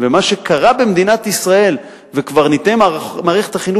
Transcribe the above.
ומה שקרה במדינת ישראל וקברניטי מערכת החינוך